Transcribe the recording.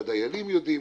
שהדיילים יודעים.